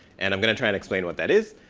and i'm going to try and explain what that is.